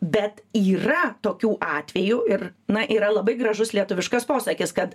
bet yra tokių atvejų ir na yra labai gražus lietuviškas posakis kad